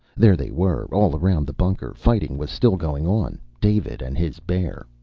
there they were, all around the bunker. fighting was still going on. david and his bear.